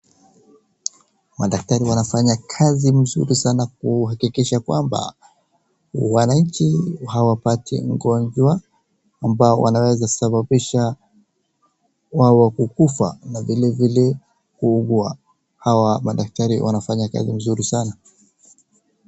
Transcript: Madaktari wanafanya kazi mzuri sana kuhakikisha wananchi hawapati ugonjwa ambao unasababisha wao kukufa na vilevile kuuwa, hawa madaktari wanafanya kazi mzuri sana.